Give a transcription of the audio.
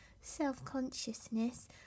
self-consciousness